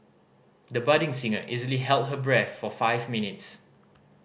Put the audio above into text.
the budding singer easily held her breath for five minutes